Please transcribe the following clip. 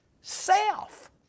Self